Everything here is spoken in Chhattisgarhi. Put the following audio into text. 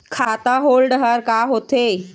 खाता होल्ड हर का होथे?